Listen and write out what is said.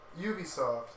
Ubisoft